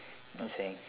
I'm saying